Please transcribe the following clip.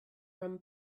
rum